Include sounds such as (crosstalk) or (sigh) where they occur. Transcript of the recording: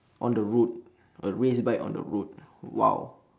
on the road (noise) a race bike on the road (breath) !wow!